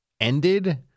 ended